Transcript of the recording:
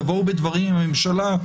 תבואו בדברים עם הממשלה,